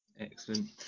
Excellent